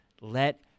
Let